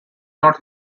not